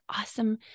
awesome